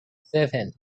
seven